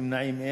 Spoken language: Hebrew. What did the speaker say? אין נמנעים,